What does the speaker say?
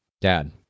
Dad